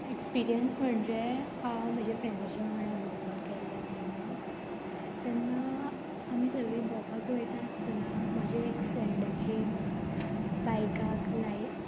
experience म्हणजे हांव म्हज्या फ्रेंड्साच्या वांगडा भोंवपाक गेल्लें तेन्ना तेन्ना आमी सगळीं भोंवपाक वयता आसतना म्हजे एक फ्रेंडाची बायकाक लाय